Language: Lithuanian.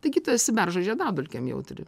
taigi tu esi beržo žiedadulkėm jautri